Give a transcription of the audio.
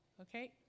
Okay